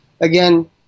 again